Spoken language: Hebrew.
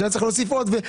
שהיה צריך להוסיף עוד.